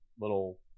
little